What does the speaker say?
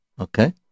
okay